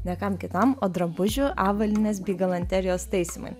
ne kam kitam o drabužių avalynės bei galanterijos taisymui